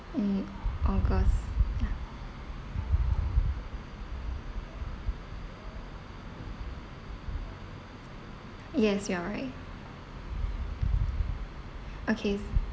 mm august ya yes you're right okay